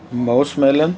ਬਹੁਤ ਸਮੈਲ ਹੈ